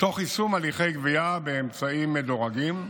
תוך יישום הליכי גבייה באמצעים מדורגים,